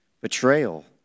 betrayal